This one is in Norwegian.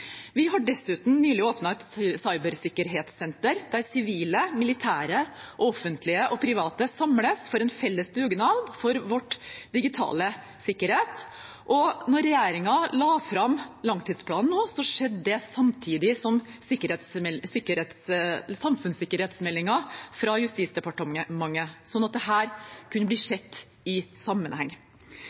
Vi har dessuten nylig åpnet et cybersikkerhetssenter, der sivile, militære, offentlige og private samles for en felles dugnad for vår digitale sikkerhet. Da regjeringen la fram langtidsplanen nå, skjedde det samtidig med framleggelsen av samfunnssikkerhetsmeldingen fra Justisdepartementet, slik at dette kunne bli sett i sammenheng.